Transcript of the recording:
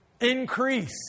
increase